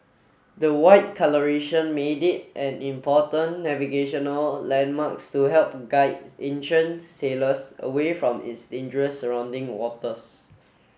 the white colouration made it an important navigational landmarks to help guide ancient sailors away from its dangerous surrounding waters